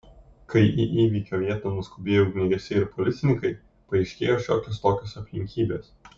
kai į įvykio vietą nuskubėjo ugniagesiai ir policininkai paaiškėjo šiokios tokios aplinkybės